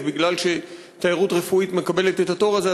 מכיוון שתיירות רפואית מקבלת את התור הזה,